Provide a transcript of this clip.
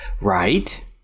Right